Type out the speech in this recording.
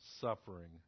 suffering